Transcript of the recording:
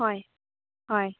ꯍꯣꯏ ꯍꯣꯏ